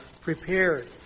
prepared